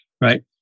right